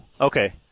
okay